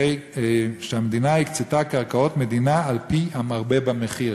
שהמדינה הקצתה קרקעות מדינה על-פי המרבה במחיר.